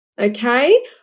Okay